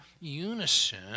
unison